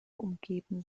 umgeben